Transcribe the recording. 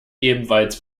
ebenfalls